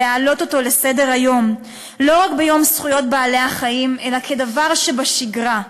להעלות אותו על סדר-היום לא רק ביום זכויות בעלי-החיים אלא כדבר שבשגרה.